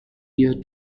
year